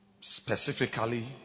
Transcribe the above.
specifically